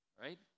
Right